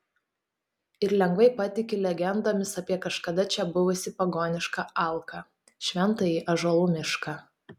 ir lengvai patiki legendomis apie kažkada čia buvusį pagonišką alką šventąjį ąžuolų mišką